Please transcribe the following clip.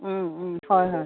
উম উম হয় হয়